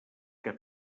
que